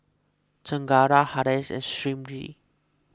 Chengara Haresh and Smriti